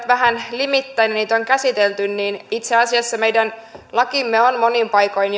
vähän limittäin käsitelty itse asiassa meidän lakimme on monin paikoin